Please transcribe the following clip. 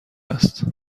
است